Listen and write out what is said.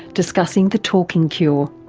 discussing the talking cure.